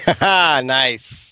Nice